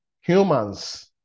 humans